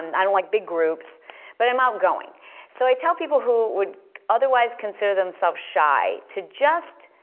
um i don't like big groups but i'm out going so i tell people who would otherwise consider themselves shy to just